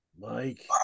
Mike